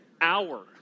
hour